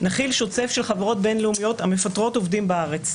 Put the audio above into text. נחיל שוצף של חברות בין-לאומיות המפטרות עובדים בארץ,